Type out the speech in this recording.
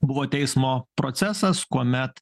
buvo teismo procesas kuomet